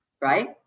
right